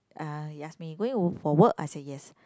uh he ask me going for work I say yes